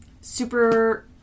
super